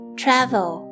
travel